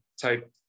type